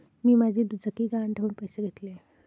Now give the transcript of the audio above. मी माझी दुचाकी गहाण ठेवून पैसे घेतले